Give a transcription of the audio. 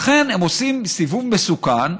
לכן הם עושים סיבוב מסוכן: